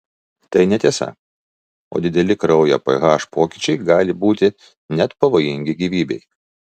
tai netiesa o dideli kraujo ph pokyčiai gali būti net pavojingi gyvybei